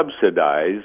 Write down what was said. subsidize